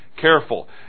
careful